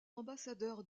ambassadeurs